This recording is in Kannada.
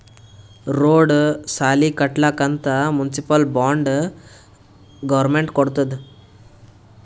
ರೋಡ್, ಸಾಲಿ ಕಟ್ಲಕ್ ಅಂತ್ ಮುನ್ಸಿಪಲ್ ಬಾಂಡ್ ಗೌರ್ಮೆಂಟ್ ಕೊಡ್ತುದ್